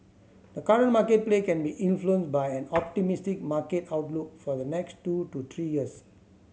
the current market play can be influenced by an optimistic market outlook for the next two to three years